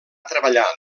treballar